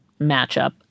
matchup